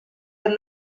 per